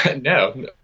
no